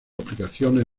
aplicaciones